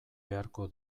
beharko